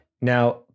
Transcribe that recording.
Now